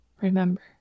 remember